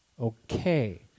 Okay